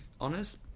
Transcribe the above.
honest